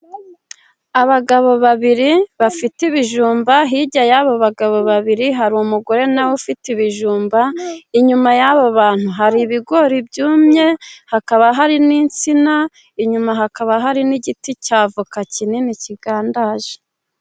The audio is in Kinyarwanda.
Abagabo babiri, bafite ibijumba, hirya y'abo bagabo babiri, hari umugore naweufite ibijumba, inyuma y'abo bantu hari bigori byumye, hakaba hari n'insina, inyuma hakaba hari n'igiti cy'avoka kinini kigandaye.